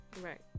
right